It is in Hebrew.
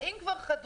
ואם כבר חדרו,